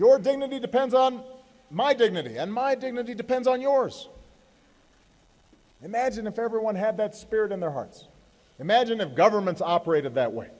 your dignity depends on my dignity and my dignity depends on yourself imagine if everyone had that spirit in their hearts imagine of governments operated that way